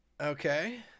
Okay